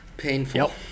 Painful